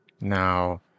Now